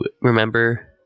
remember